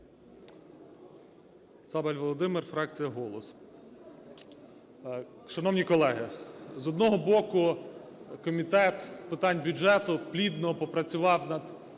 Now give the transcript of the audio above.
Цабаль Володимир, фракція "Голос". Шановні колеги, з одного боку, Комітет з питань бюджету плідно попрацював над